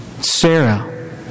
Sarah